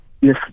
Yes